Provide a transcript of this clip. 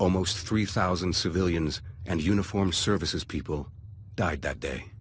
almost three thousand civilians and uniformed services people died that day